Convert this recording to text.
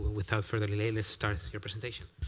without further delay that's start the presentation.